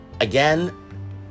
Again